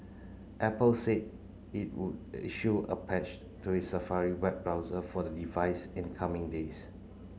apple said it would issue a patch to its Safari web browser for the device in the coming days